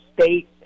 State